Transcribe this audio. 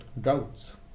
droughts